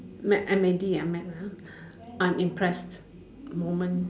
mad M A D ah mad ah unimpressed moment